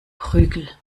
prügel